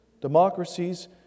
democracies